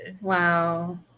wow